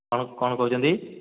କ'ଣ କ'ଣ କହୁଛନ୍ତି